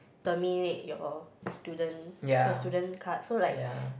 terminate your student student card so like